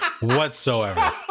whatsoever